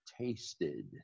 tasted